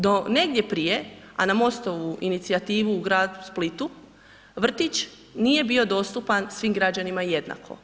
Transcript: Do negdje prije, a na Most-ovu inicijativu u gradu Splitu, vrtić nije bio dostupan svim građanima jednako.